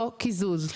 לא קיזוז.